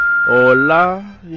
Hola